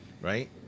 right